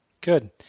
Good